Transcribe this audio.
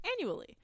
annually